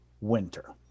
winter